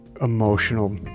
emotional